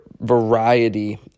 variety